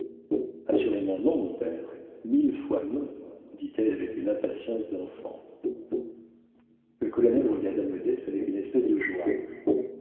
assurément non mon père mille fois non dit-elle avec une impatience d'enfant le colonel regarda modeste avec une espèce de joie